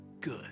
good